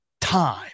time